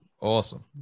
Awesome